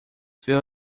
few